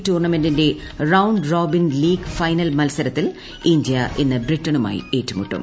ടൂർണമെന്റിന്റെ round robin league final മത്സരത്തിൽ India ഇന്ന് ബ്രിട്ടണുമായി ഏറ്റുമുട്ടും